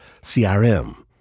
CRM